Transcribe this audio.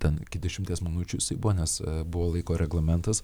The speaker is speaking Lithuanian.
ten iki dešimties minučių jisai buvo nes buvo laiko reglamentas